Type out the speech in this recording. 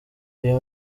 uyu